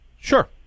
Sure